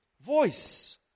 voice